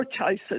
choices